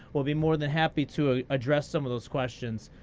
we'll be more than happy to address some of those questions.